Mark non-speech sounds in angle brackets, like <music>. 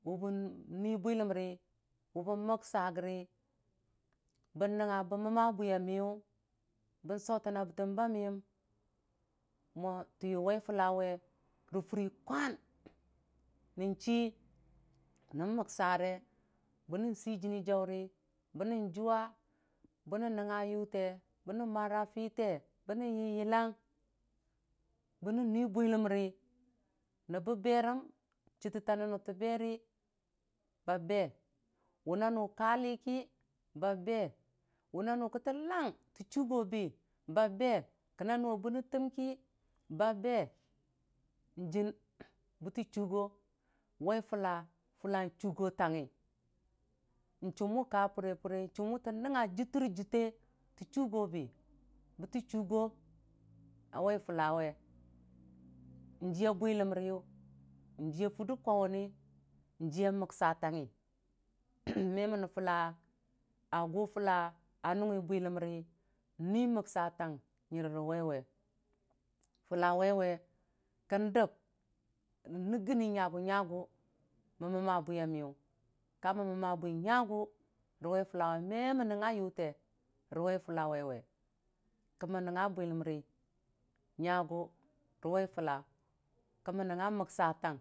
wʊ zən ni bwiləmri, wʊ bən məksa gəri bən nəngnga bən məmaa bwi ya miyʊ bən sotən na bətəm ba miiyim mwo tee wai fula we ri furi kwan nən ci nən maksare bən nən sii jəni jauri bən non juwa bə nən məra fitee bə nən yilyilang bə nən ni bwiləmri nəbbə berem chətətta nənnu bere ba be wʊ na mʊ kali ki ba be wu na nʊ kalang tə chugə bi ba be kə nanʊwa bə ne təmki ba be din bətə chʊgo wai fʊlla, fʊlla dʊgo tangngi n'chum wʊ ka pri prirai chum wu tə nangnga jinte rə jintee tə chugobi bə te chugo a wai fʊlla we n'jiya bwiləm ri yʊ, njiya fʊdə kwauni njiya moksatangngi <noise> meni fʊ a gʊ pulla a nʊngi bwilom ri n'ni məksatang yire rə waiwe kən dem nəngəni nyagʊ nyagʊ mən məmmaa bwiya miyʊ ka mən məmmaa bwi nyagʊ rə wai fʊla we me mən nənga yuka rə wai fulla wai we kə mən nənga bwiləmri nyagʊ rə wai fʊla.